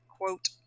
quote